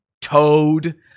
toad